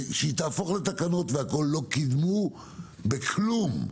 שתהפוך לתקנות - לא קידמו בכלום.